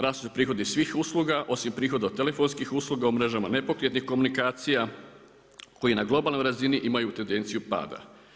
Rastu prihodi svih usluga osim prihoda od telefonskih usluga u mrežama nepokretnih komunikacija koji na globalnoj razini imaju tendenciju pada.